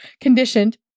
conditioned